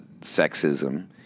sexism